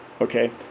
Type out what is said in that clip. okay